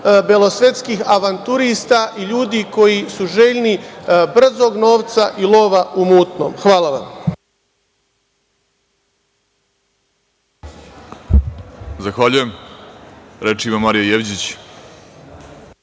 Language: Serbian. belosvetskih avanturista i ljudi koji su željni brzog novca i lova u mutnom. Hvala vam. **Vladimir Orlić** Zahvaljujem. Reč ima Marija Jevđić.